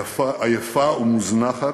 עייפה ומוזנחת,